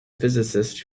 physicist